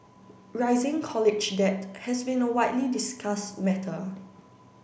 rising college debt has been a widely discussed matter